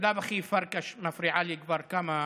בלאו הכי פרקש מפריעה לי כבר כמה